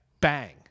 bang